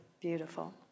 beautiful